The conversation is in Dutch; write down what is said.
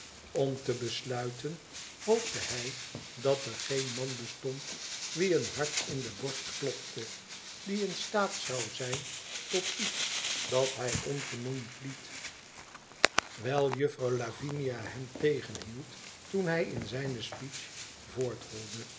om te besluiten hoopte hij dat er geen man bestond wien een hart in de borst klopte die in staat zou zijn tot iets dat hij ongenoemd liet wijl juffer lavinia hem tegenhield toen hij in zijne speech